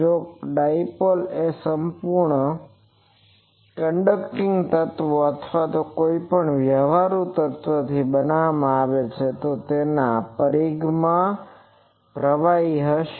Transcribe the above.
જો ડાઇપોલ એક સંપૂર્ણ કંડક્ટીંગ તત્વ અથવા કોઈપણ વ્યવહારુ તત્વોથી બનાવવામાં આવે તો પછી તેના પરિઘમાં પ્રવાહો હશે